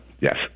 Yes